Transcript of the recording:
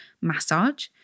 massage